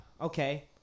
okay